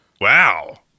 Wow